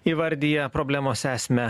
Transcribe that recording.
įvardija problemos esmę